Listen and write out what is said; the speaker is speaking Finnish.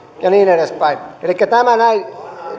ja niin edespäin tämä näin